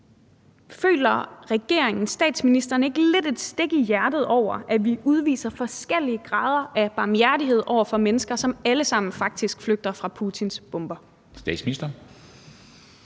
føler regeringen og statsministeren ikke lidt et stik i hjertet over, at vi udviser forskellige grader af barmhjertighed over for mennesker, som faktisk alle sammen flygter fra Putins bomber? Kl.